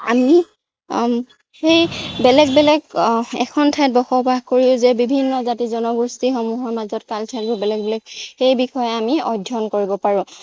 আমি সেই বেলেগ বেলেগ এখন ঠাইত বসবাস কৰিও যে বিভিন্ন জাতি জনগোষ্ঠীসমূহৰ মাজত কালচাৰবোৰ বেলেগ বেলেগ সেই বিষয়ে আমি অধ্যয়ন কৰিব পাৰোঁ